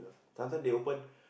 sometime they open